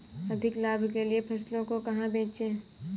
अधिक लाभ के लिए फसलों को कहाँ बेचें?